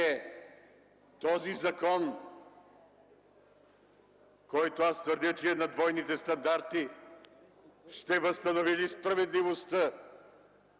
този закон, който аз твърдя, че е на двойните стандарти, ще възстанови ли справедливостта?